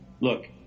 Look